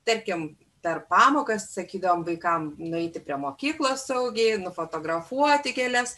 tarkim per pamokas sakydavom vaikams nueiti prie mokyklą saugiai nufotografuoti gėles